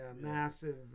massive